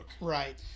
Right